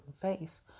face